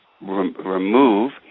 remove